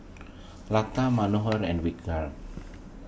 Lata Manohar and Vikram